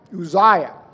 Uzziah